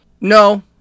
No